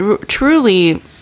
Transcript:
truly